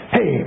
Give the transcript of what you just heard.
Hey